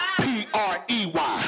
P-R-E-Y